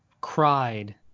cried